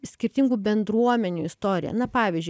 skirtingų bendruomenių istorija na pavyzdžiui